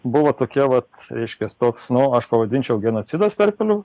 buvo tokie vat reiškias toks nu aš pavadinčiau genocidas perpelių